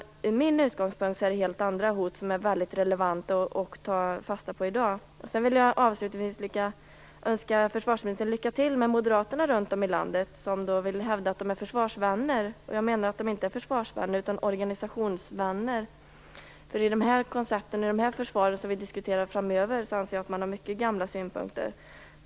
Enligt min utgångspunkt är det helt andra hot som är relevanta och som man bör ta fasta på i dag. Avslutningsvis vill jag önska försvarsministern lycka till med moderaterna runt om i landet, som vill hävda att de är försvarsvänner. Jag menar att de inte är försvarsvänner utan organisationsvänner. Med tanke på försvaret framöver anser jag att de har mycket gamla synpunkter.